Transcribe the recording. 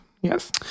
Yes